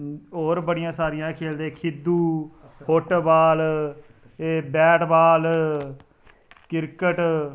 और बडियां सारिया खलदे हे खिद्धो फुटबाल बेटबाल क्रिकेट